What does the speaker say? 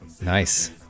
Nice